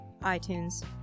iTunes